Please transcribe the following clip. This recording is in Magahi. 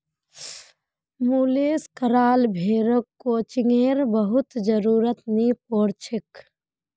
मुलेस कराल भेड़क क्रचिंगेर बहुत जरुरत नी पोर छेक